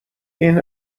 این